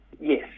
yes